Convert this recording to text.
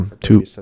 Two